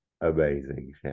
amazing